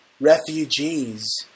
refugees